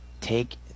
take